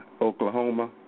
Oklahoma